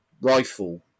rifle